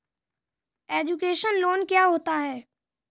Education loan क्या होता है?